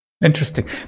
Interesting